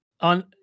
on